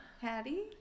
Patty